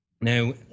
Now